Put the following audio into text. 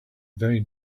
very